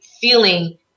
feeling